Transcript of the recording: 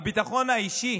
הביטחון האישי